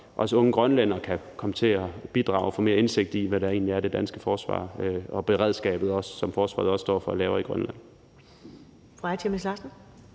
også unge grønlændere kan komme til at bidrage og få mere indsigt i, hvad det egentlig er, det danske forsvar og også beredskabet, som forsvaret også står for, laver i Grønland.